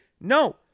No